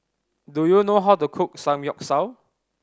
do you know how to cook Samgyeopsal